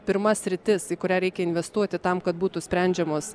pirma sritis į kurią reikia investuoti tam kad būtų sprendžiamos